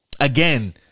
again